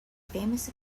famous